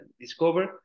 discover